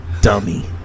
Dummy